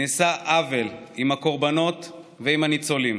נעשה עוול עם הקורבנות ועם הניצולים.